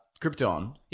Krypton